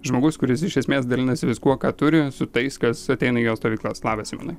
žmogus kuris iš esmės dalinasi viskuo ką turi su tais kas ateina į jo stovyklas labas simonai